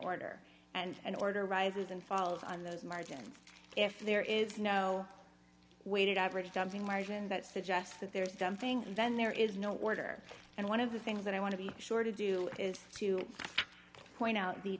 order and an order rises and falls on those margins if there is no weighted average jumping margin that suggests that there is something and then there is no order and one of the things that i want to be sure to do is to point out the